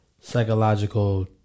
psychological